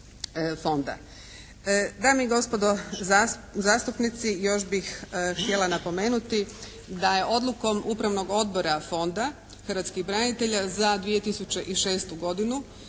Dame i gospodo zastupnici još bih htjela napomenuti da je Odlukom Upravnog odbora Fonda hrvatskih branitelja za 2006. godinu